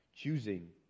Choosing